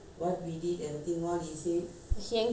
he angry at me but I didn't do anything